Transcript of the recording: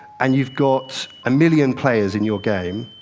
and you've got a million players in your game,